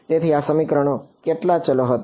તેથી આ સમીકરણમાં કેટલા ચલો હતા